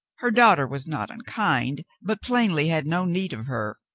her daughter was not unkind, but plainly had no need of her.